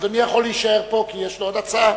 אדוני יכול להישאר פה כי יש לו עוד הצעה.